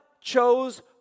chose